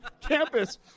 campus